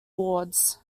wards